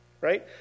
right